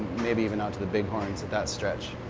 maybe even out to the big horns at that stretch.